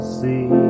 see